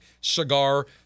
cigar